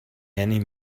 any